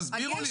תסבירו לי,